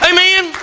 Amen